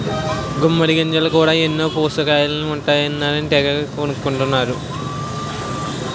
గుమ్మిడి గింజల్లో కూడా ఎన్నో పోసకయిలువలు ఉంటాయన్నారని తెగ కొంటన్నరు